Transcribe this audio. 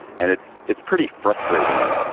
and it's it's pretty frustrating,